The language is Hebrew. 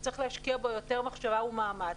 שצריך להשקיע בו יותר מחשבה ומאמץ.